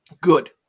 good